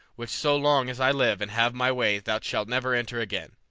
which so long as i live and have my way thou shalt never enter again.